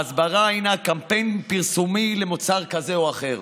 ההסברה אינה קמפיין פרסומי למוצר כזה או אחר,